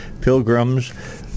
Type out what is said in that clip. Pilgrims